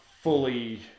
fully